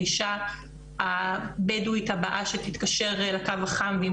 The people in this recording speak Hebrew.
האישה הבדואית הבאה שתתקשר לקו החם ואם